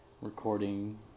Recording